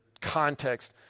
context